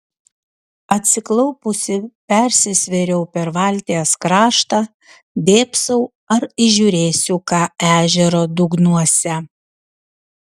atsiklaupusi persisvėriau per valties kraštą dėbsau ar įžiūrėsiu ką ežero dugnuose